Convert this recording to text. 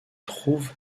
trouve